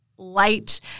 light